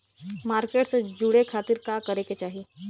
Market से जुड़े खाती का करे के चाही?